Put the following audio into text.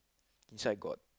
inside got